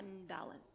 unbalanced